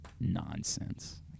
Nonsense